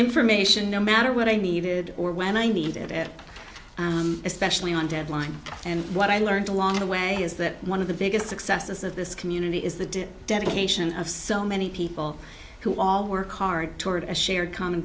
information no matter what i needed or when i needed it especially on deadline and what i learned along the way is that one of the biggest successes of this community is the dedication of so many people who all work hard toward a shared common